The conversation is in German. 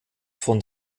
von